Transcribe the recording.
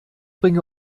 bringe